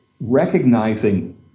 recognizing